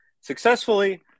successfully